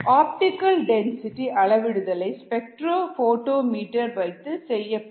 optical density அளவிடுதலை spectrophotometer வைத்து செய்யப்படும்